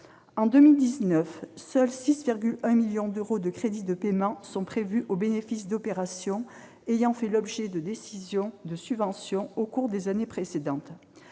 En 2019, seuls 6,1 millions d'euros de crédits de paiement sont prévus au bénéfice d'opérations ayant fait l'objet de décisions de subventions au cours des années précédentes.